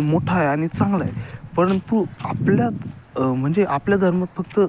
मोठा आहे आणि चांगला आहे परंतु आपल्या म्हणजे आपल्या धर्मात फक्त